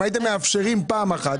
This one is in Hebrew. אם הייתם מאפשרים פעם אחת,